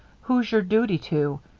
who's your duty to?